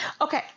Okay